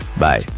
bye